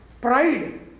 pride